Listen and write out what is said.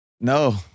No